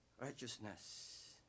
righteousness